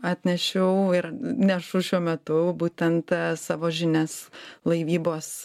atnešiau ir nešu šiuo metu būtent savo žinias laivybos